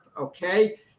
okay